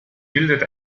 bildet